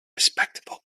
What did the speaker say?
respectable